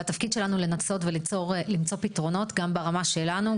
והתפקיד שלנו לנסות ולמצוא פתרונות גם ברמה שלנו,